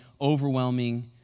overwhelming